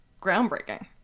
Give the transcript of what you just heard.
groundbreaking